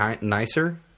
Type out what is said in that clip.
nicer